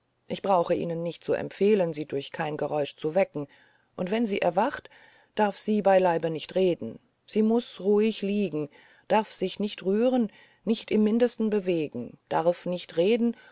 ich brauche ihnen nicht zu empfehlen sie durch kein geräusch zu wecken und wenn sie erwacht darf sie beileibe nicht reden sie muß ruhig liegen darf sich nicht rühren nicht im mindesten bewegen darf nicht reden